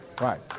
Right